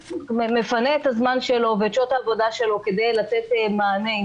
ומפנה את הזמן שלו ואת שעות העבודה כדי לתת מענה אם